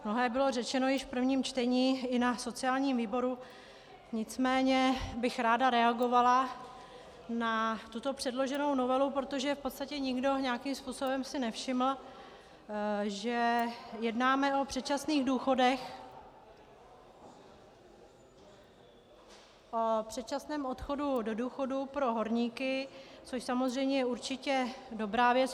Mnohé bylo řečeno již v prvním čtení i na sociálním výboru, nicméně bych ráda reagovala na tuto předloženou novelu, protože v podstatě nikdo nějakým způsobem si nevšiml, že jednáme o předčasných důchodech, o předčasném odchodu do důchodu pro horníky, což samozřejmě je určitě dobrá věc.